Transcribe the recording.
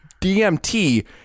DMT